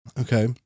Okay